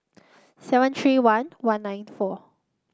seven three one one nine four